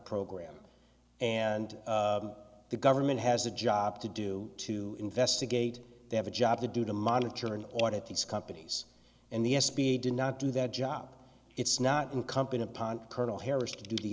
program and the government has a job to do to investigate they have a job to do to monitor an audit these companies and the s b a did not do that job it's not incumbent upon colonel harris to do